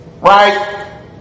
right